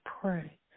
pray